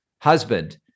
Husband